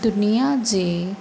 दुनिया जे